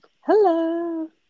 Hello